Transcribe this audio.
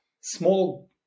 small